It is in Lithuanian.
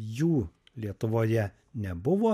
jų lietuvoje nebuvo